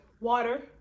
Water